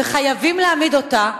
וחייבים להעמיד אותה,